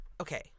Okay